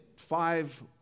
five